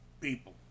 people